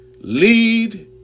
lead